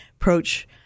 approach